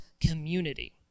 community